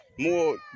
More